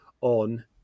on